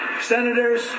senators